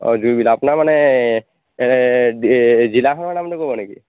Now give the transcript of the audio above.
অঁ জুইবিল আপোনাৰ মানে এ জিলাখনৰ নামটো ক'ব নেকি